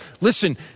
Listen